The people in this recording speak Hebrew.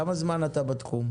כמה זמן אתה בתחום?